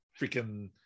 freaking